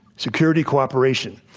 security cooperation.